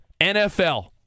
NFL